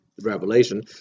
Revelation